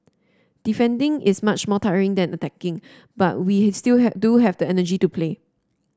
defending is much more tiring than attacking but we still have do have the energy to play